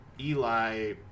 Eli